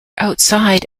outside